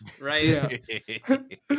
right